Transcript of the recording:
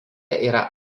yra